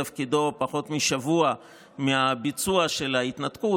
את תפקידו פחות משבוע מהביצוע של ההתנתקות,